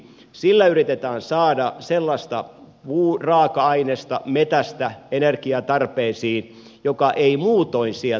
sillä yritetään saada sellaista puuraaka ainesta metsästä energiatarpeisiin joka ei muutoin sieltä tule